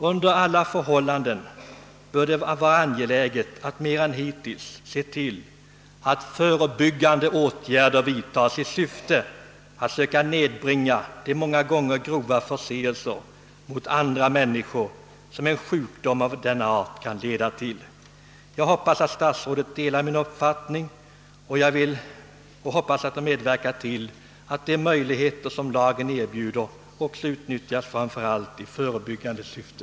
Under alla förhållanden bör det vara angeläget att mer än hittills se till att förebyggande åtgärder vidtas i syfte att söka nedbringa de många gånger grova förseelser mot andra människor, som en sjukdom av denna art kan leda till. Jag hoppas att statsrådet delar min uppfattning och medverkar till att de möjligheter, som lagen erbjuder, också utnyttjas framför allt i förebyggande syfte.